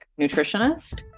nutritionist